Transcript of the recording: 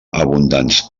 abundants